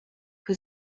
who